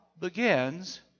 begins